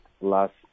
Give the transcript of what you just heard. last